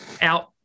out